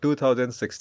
2016